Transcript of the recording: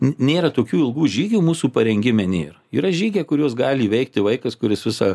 nėra tokių ilgų žygių mūsų parengime nėr yra žygiai kuriuos gali įveikti vaikas kuris visą